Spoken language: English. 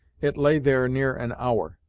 it lay there near an hour,